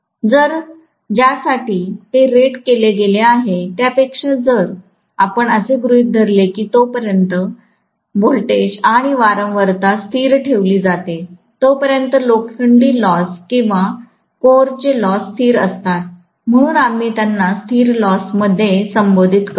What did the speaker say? ज्या साठी ते रेट केले गेले आहे त्यापेक्षा तर जर आपण असे गृहित धरले की जोपर्यंत व्होल्टेज आणि वारंवारता स्थिर ठेवली जाते तोपर्यंत लोखंडी लॉस किंवा कोरचे लॉस स्थिर असतात म्हणून आम्ही त्यांना स्थिर लॉस मध्ये कॉल करतो